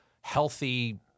healthy